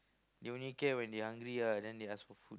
they only care when they hungry ah then they ask for food